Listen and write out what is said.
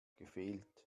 gefehlt